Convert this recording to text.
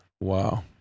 wow